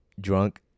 drunk